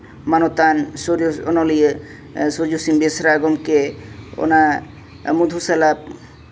ᱢᱟᱱᱚᱛᱟᱱ ᱚᱱᱚᱞᱤᱭᱟᱹ ᱥᱩᱨᱡᱚ ᱥᱤᱝ ᱵᱮᱥᱨᱟ ᱜᱚᱢᱠᱮ ᱚᱱᱟ ᱢᱚᱫᱷᱩ ᱥᱟᱞᱟᱜ